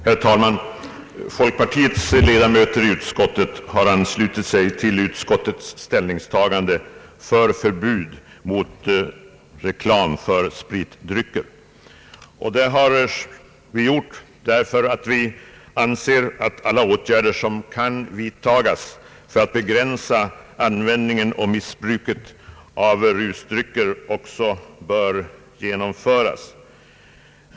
Herr talman! Folkpartiets ledamöter i utskottet har anslutit sig till utskottets ställningstagande för förbud mot reklam för spritdrycker. Vi anser att alla åtgärder som kan vidtagas för att begränsa användningen och missbruket av rusdrycker också bör genomföras.